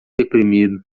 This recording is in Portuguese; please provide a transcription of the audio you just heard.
deprimido